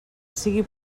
sigui